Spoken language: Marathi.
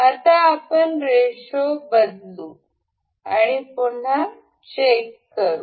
आता आपण रेशो बदलू आणि पुन्हा चेक करू